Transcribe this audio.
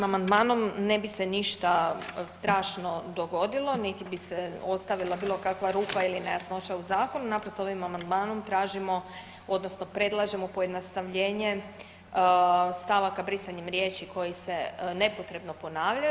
Našim amandmanom ne bi se ništa strašno dogodilo niti bi se ostavila bilo kakva rupa ili nejasnoća u zakonu, naprosto ovim amandmanom tražimo odnosno predlažemo pojednostavljenje stavaka brisanjem riječi koje se nepotrebno ponavljaju.